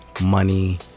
money